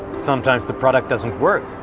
sometimes the product doesn't work,